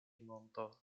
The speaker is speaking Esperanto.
monto